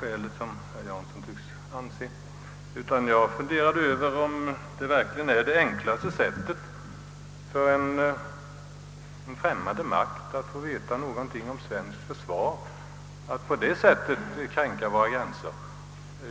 skäl om herr Jansson tycks anse, utan jag funderade över om det verkligen är det lättaste sättet för en främmande makt att få veta någonting om svenskt försvar att såsom skett kränka våra gränser.